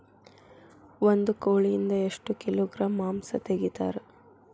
ಒಂದು ಕೋಳಿಯಿಂದ ಎಷ್ಟು ಕಿಲೋಗ್ರಾಂ ಮಾಂಸ ತೆಗಿತಾರ?